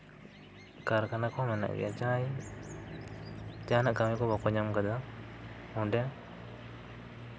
ᱠᱟᱨᱠᱷᱟᱱᱟ ᱠᱚᱦᱚᱸ ᱢᱮᱱᱟᱜ ᱜᱮᱭᱟ ᱡᱟᱦᱟᱸᱭ ᱡᱟᱦᱟᱱᱟᱜ ᱠᱟᱹᱢᱤ ᱠᱚ ᱵᱟᱠᱚ ᱧᱟᱢ ᱠᱟᱫᱟ ᱚᱸᱰᱮ